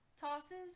tosses